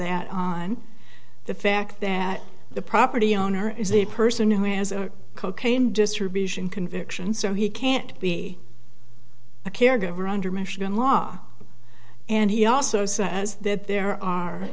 that on the fact that the property owner is a person who has a cocaine distribution conviction so he can't be a caregiver under michigan law and he also says that there are